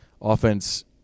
offense